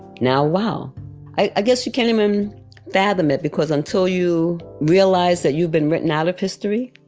now, wow i guess you can't even fathom it because until you realize that you've been written out of history,